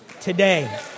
today